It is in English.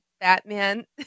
Batman